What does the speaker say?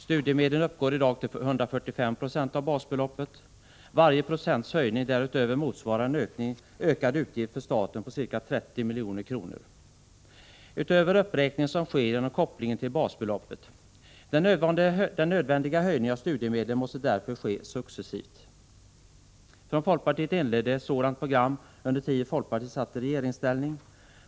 Studiemedlen uppgår i dag till 145 96 av basbeloppet. Varje procents höjning därutöver motsvarar en ökad utgift för staten på ca 30 milj.kr., utöver uppräkningen som sker genom kopplingen till basbeloppet. Den nödvändiga höjningen av studiemedlen måste därför ske successivt. Från folkpartiet inleddes ett sådant program under den tid då folkpartiet satt i regeringsställning.